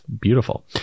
beautiful